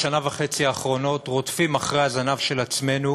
שנה וחצי האחרונה רודפים אחרי הזנב של עצמנו,